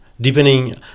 depending